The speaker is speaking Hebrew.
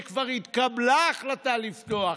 כשכבר התקבלה ההחלטה לפתוח.